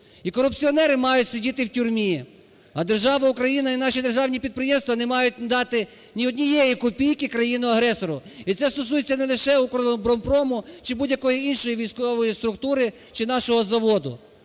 І корупціонери мають сидіти в тюрмі, а держава Україна і наші державні підприємства не мають дати ні однієї копійки країні-агресору, і це стосується не лише "Укроборонпрому" чи будь-якої іншої військової структури чи нашого заводу.